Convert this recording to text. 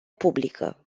publică